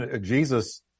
Jesus